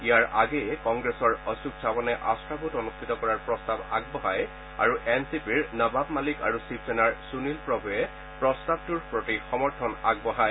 ইয়াৰ আগেয়ে কংগ্ৰেছৰ অশোক শ্বাৱনে আস্থা ভোট অনুষ্ঠিত কৰাৰ প্ৰস্তাৱ আগবঢ়ায় আৰু এন চি পিৰ নৱাব মালিক আৰু শিৱসেনাৰ সুনীল প্ৰভুৱে প্ৰস্তাৱটোৰ প্ৰতি সমৰ্থন আগবঢ়ায়